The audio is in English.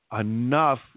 enough